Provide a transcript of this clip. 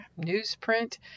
newsprint